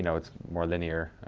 you know it's more linear,